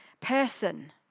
person